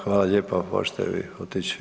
Hvala lijepo, možete vi otići.